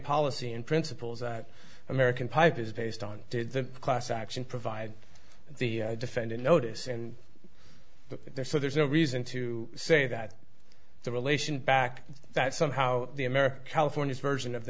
policy and principles that american pipe is based on the class action provide the defendant notice and so there's no reason to say that the relation back that somehow the american california version of the